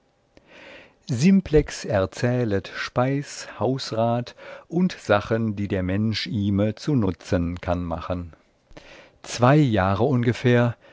simplex erzählet speis hausrat und sachen die der mensch ihme zunutzen kann machen zwei jahre ungefähr